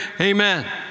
amen